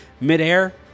midair